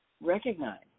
recognize